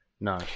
no